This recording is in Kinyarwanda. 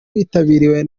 witabiriwe